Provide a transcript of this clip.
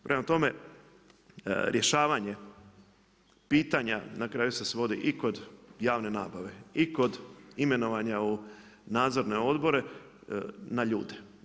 Prema tome, rješavanje pitanja na kraju se svodi i kod javne nabave i kod imenovanja u nadzorne odobre na ljude.